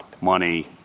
money